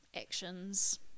actions